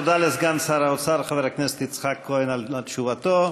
תודה לסגן שר האוצר חבר הכנסת יצחק כהן על תשובתו.